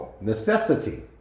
necessity